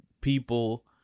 people